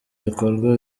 ibikorwa